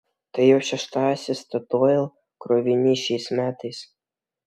tai jau šeštasis statoil krovinys šiais metais